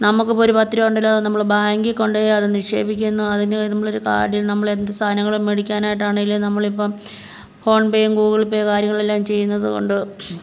നമുക്കിപ്പം ഒരു പത്ത് രൂപ ഉണ്ടേൽ അത് നമ്മൾ ബാങ്കി കൊണ്ട് പോയി അത് നിക്ഷേപിക്കുന്ന അതിൻ്റെ നമ്മളൊരു കാര്യം നമ്മളെന്ത് സാധനങ്ങൾ മേടിക്കാനായിട്ടാണേലും നമ്മളിപ്പം ഫോൺ പേയും ഗൂഗിൾ പേ കാര്യങ്ങളൊക്കെ ചെയ്യുന്നത് കൊണ്ട്